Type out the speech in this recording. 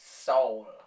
Soul